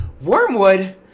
wormwood